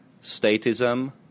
statism